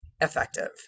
effective